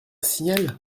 signal